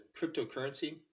cryptocurrency